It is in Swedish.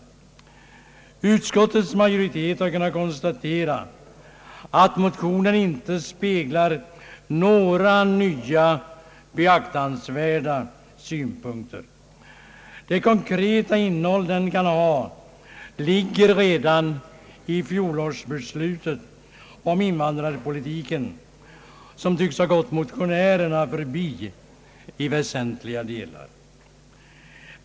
Utskottets majoritet har kunnat konstatera att motionen inte speglar några nya beaktansvärda synpunkter. Det konkreta innehåll den kan ha ligger redan i fjolårsbeslutet om invandrarpolitiken, som tycks ha gått motionärerna förbi i väsentliga delar.